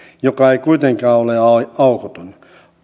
joka ei kuitenkaan ole ole aukoton